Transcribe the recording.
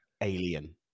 Alien